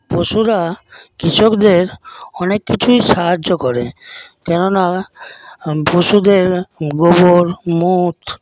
পশুরা কৃষকদের অনেক কিছুই সাহায্য করে কেননা পশুদের গোবর মূত্র